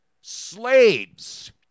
slaves